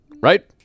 right